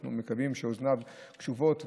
ואנחנו מקווים שאוזניו קשובות.